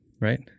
right